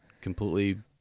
completely